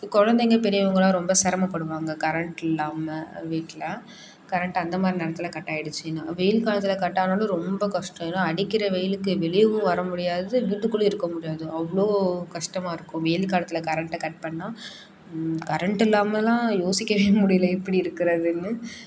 குழந்தைங்க பெரியவங்கள்லாம் ரொம்ப சிரமப்படுவாங்க கரண்ட் இல்லாமல் வீட்டில் கரண்ட் அந்த மாதிரி நேரத்தில் கட் ஆகிடுச்சுன்னா வெயில் காலத்தில் கட் ஆனாலும் ரொம்ப கஷ்டம் ஏன்னா அடிக்கிற வெயிலுக்கு வெளியேவும் வர முடியாது வீட்டுக்குள்ளேயும் இருக்க முடியாது அவ்வளோ கஷ்டமாக இருக்கும் வெயில் காலத்தில் கரண்ட்டை கட் பண்ணால் கரண்ட் இல்லாமலாம் யோசிக்கவே முடியலை எப்படி இருக்கிறதுன்னு